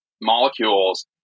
molecules